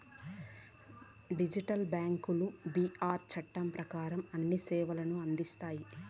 digital బ్యాంకులు BR చట్టం ప్రకారం అన్ని సేవలను అందిస్తాయి